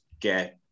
get